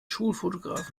schulfotograf